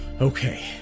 Okay